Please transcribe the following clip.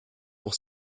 pour